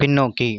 பின்னோக்கி